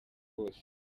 bose